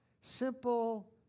Simple